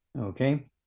Okay